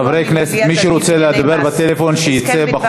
חברי הכנסת, מי שרוצה לדבר בטלפון, שיצא בחוץ.